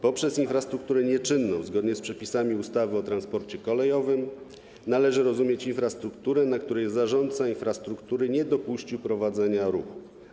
Przez infrastrukturę nieczynną, zgodnie z przepisami ustawy o transporcie kolejowym, należy rozumieć infrastrukturę, na której zarządca infrastruktury nie dopuścił prowadzenia ruchu.